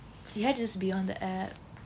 you have to just be on the app